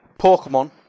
Pokemon